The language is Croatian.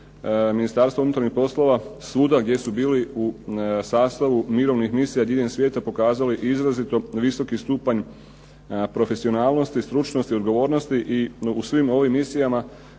Ministarstva unutarnjih poslova svuda gdje su bili u sastavu mirovnih misija diljem svijeta pokazali izrazito visoki stupanj profesionalnosti, stručnosti i odgovornosti i u svim ovim misijama